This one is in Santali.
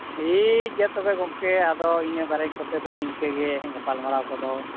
ᱴᱷᱤᱠ ᱜᱮᱭᱟ ᱛᱚᱵᱮ ᱜᱚᱝᱠᱮ ᱟᱫᱚ ᱤᱱᱟᱹ ᱵᱟᱨᱮᱠᱚᱛᱮᱫᱚ ᱱᱤᱝᱠᱟᱹᱜᱮ ᱜᱟᱞᱢᱟᱨᱟᱣ ᱠᱚᱫᱚ